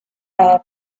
air